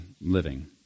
living